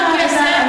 הממשלה העבירה כסף,